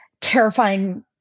terrifying